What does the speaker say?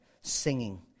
singing